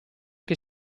che